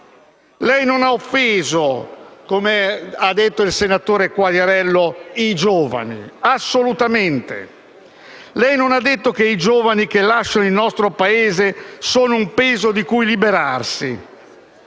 non ha offeso i giovani, come ha detto il senatore Quagliariello; nel modo più assoluto. Lei non ha detto che i giovani che lasciano il nostro Paese sono un peso di cui liberarsi.